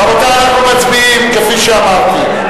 רבותי, אנחנו מצביעים, כפי שאמרתי.